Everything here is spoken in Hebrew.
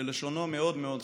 שלשונו מאוד מאוד חדה,